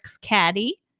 Caddy